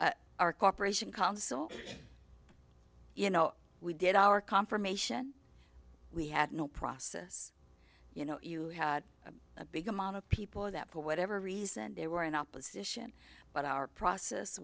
process our cooperation council you know we did our confirmation we had no process you know you had a big amount of people that for whatever reason they were in opposition but our process